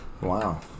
wow